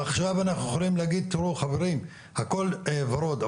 עכשיו אנחנו יכולים להגיד תראו חברים הכל ורוד,